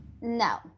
No